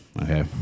Okay